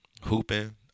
Hooping